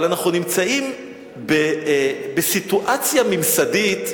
אבל אנחנו נמצאים בסיטואציה ממסדית,